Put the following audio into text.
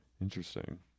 Interesting